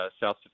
South